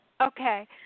Okay